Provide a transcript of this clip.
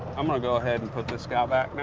i'm gonna go ahead and put this guy back now.